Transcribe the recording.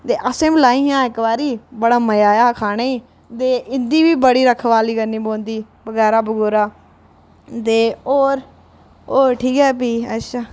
ते असें बी लाइयां हियां इक बारी बड़ा मज़ा आया हा खाने ई ते इं'दी बी बड़ी रखवाली करना पौंदी बगैरा बगैरा ते होर होर ठीक ऐ भी अच्छा